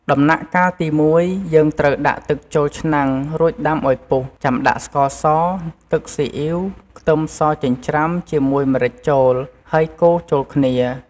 ដំណាក់កាលទី១ យើងត្រូវដាក់ទឹកចូលឆ្នាំង រួចដាំឱ្យពុះ ចាំដាក់ស្ករស ទឹកស៊ីអ៉ីវ ខ្ទឹមសចិញ្ច្រាំជាមួយម្រេចចូល ហើយកូរចូលគ្នា។